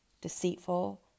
deceitful